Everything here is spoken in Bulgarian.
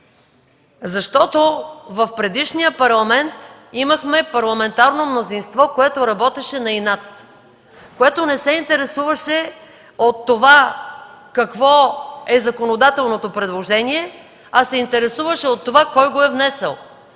Защото в предишния Парламент имахме парламентарно мнозинство, което работеше на инат, което не се интересуваше какво е законодателното предложение, а се интересуваше кой го е внесъл.